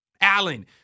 Allen